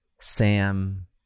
Sam